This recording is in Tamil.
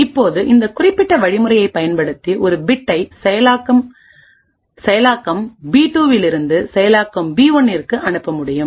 இப்போது இந்த குறிப்பிட்ட வழிமுறையப் பயன்படுத்தி ஒரு பிட்டை செயலாக்கம் பி 2 விலிருந்து செயலாக்கம் பி 1 னிற்கு அனுப்ப முடியும்